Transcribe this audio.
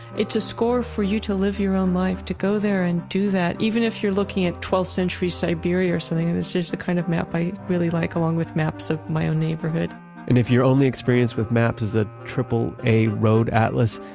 it's a score for you to live your own life, to go there and do that. even if you're looking at twelfth century siberia or something. and it's just the kind of map i really like along with maps of my own neighborhood and if your only experience with maps is a aaa road atlas,